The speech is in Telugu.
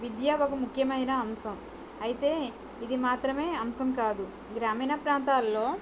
విద్య ఒక ముఖ్యమైన అంశం అయితే ఇది మాత్రమే అంశం కాదు గ్రామీణ ప్రాంతాలలో